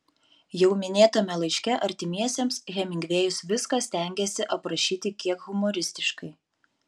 jau minėtame laiške artimiesiems hemingvėjus viską stengėsi aprašyti kiek humoristiškai